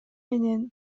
менен